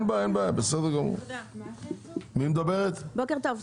בוקר טוב.